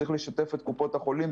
צריך לשתף את קופות החולים,